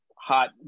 hot